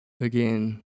Again